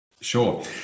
Sure